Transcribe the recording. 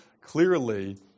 clearly